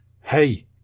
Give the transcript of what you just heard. hey